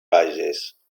bages